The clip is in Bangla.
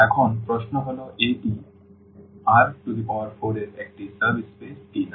এখন প্রশ্ন হল a টি R4 এর একটি সাব স্পেস কি না